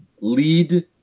lead